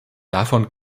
davon